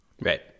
Right